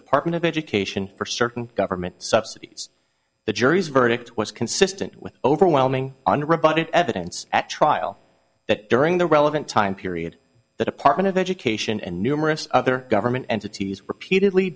department of education for certain government subsidies the jury's verdict was consistent with overwhelming unrebutted evidence at trial that during the relevant time period the department of education and numerous other government entities repeatedly